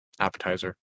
appetizer